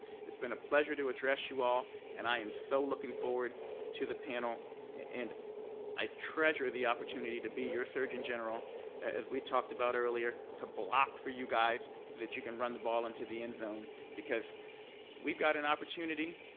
it's been a pleasure to address you all, and i am so looking forward to the panel and i treasure the opportunity to be your surgeon general as we talked about earlier to block for you guys so that you can run the ball into the end zone because we've got an opportunity,